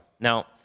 now